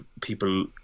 people